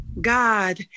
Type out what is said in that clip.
God